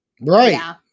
Right